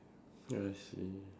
I see